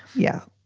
yeah,